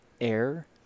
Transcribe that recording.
air